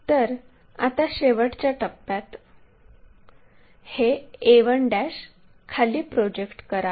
तर आता शेवटच्या टप्प्यात a1 हे खाली प्रोजेक्ट करा